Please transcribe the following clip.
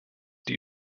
die